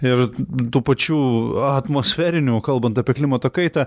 ir tų pačių atmosferinių kalbant apie klimato kaitą